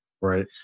right